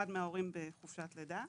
אחד מההורים בחופשת לידה.